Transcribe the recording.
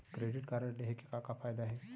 Credit card लेहे के का का फायदा हे?